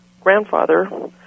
grandfather